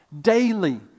Daily